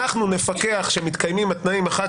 אנחנו נפקח שמתקיימים התנאים 1,